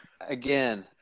again